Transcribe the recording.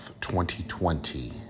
2020